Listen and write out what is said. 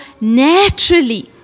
naturally